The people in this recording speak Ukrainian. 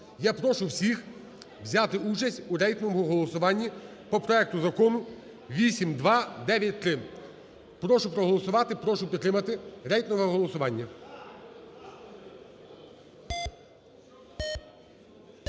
Я прошу всіх взяти участь в рейтинговому голосуванні по проекту Закону 8293. Прошу проголосувати, прошу підтримати рейтингове голосування.